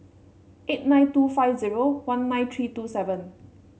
eight nine two five zero one nine three two seven